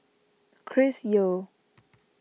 Chris Yeo